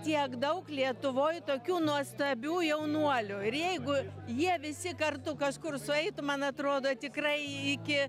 tiek daug lietuvoj tokių nuostabių jaunuolių ir jeigu jie visi kartu kažkur sueitų man atrodo tikrai iki